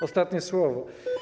Ostatnie słowo.